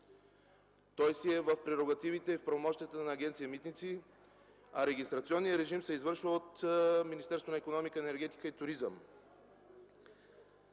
Той е в прерогативите и правомощията на Агенция „Митници”, а регистрационният режим се извършва от Министерството на икономиката, енергетиката и туризма.